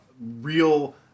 real